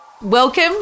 Welcome